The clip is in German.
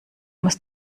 muss